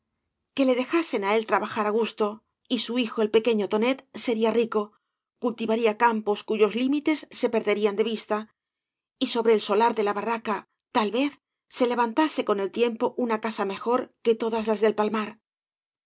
que le dejasen á él trabajar á gus to y bu hijo el pequeño tonet sería rico cultivaría campos cuyos límites se perderían de vista y sobre el solar de la barraca tal voz se levantase con el tiempo una casa mejor que todas las del palmar